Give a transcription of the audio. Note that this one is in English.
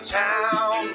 town